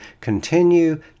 continue